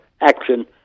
action